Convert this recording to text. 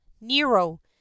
Nero